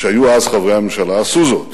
שהיו אז חברי הממשלה, עשו זאת.